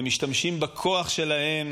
הם משתמשים בכוח שלהם